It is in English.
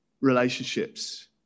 relationships